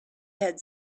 had